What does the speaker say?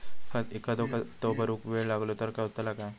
एखादो हप्तो भरुक वेळ लागलो तर काय होतला?